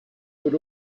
would